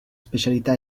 specialità